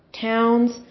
towns